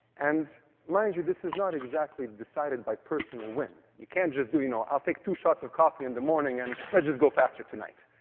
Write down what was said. and mind you, this is not exactly decided by personal whim. you can't just do, you know, i'll do two shots of coffee in the morning, and let's just go faster tonight.